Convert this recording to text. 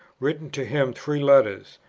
written to him three letters.